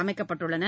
அமைக்கப்பட்டுள்ளன